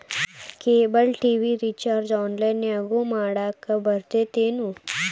cable TV recharge ಆನ್ಲೈನ್ನ್ಯಾಗು ಮಾಡಕ ಬರತ್ತೇನು